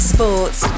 Sports